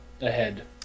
ahead